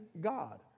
God